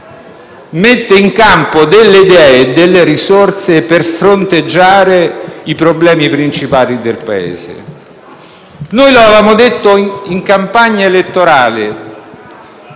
mette in campo delle idee e delle risorse per fronteggiare i problemi principali del Paese. In campagna elettorale